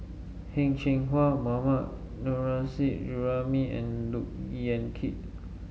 Heng Cheng Hwa Mohammad Nurrasyid Juraimi and Look Yan Kit